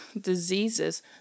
diseases